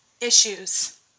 issues